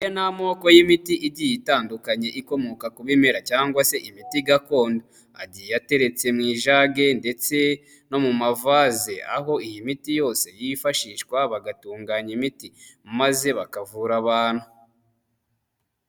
Aya ni amoko y'imiti igiye itandukanye ikomoka ku bimera cyanga se imiti gakondo, agiye ateretse mu ijage ndetse no mu mavaze aho iyi miti yose yifashishwa bagatunganya imiti maze bakavura abantu.